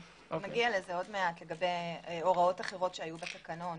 נגיע לזה עוד מעט לגבי הוראות נוספות שהיו בתקנון.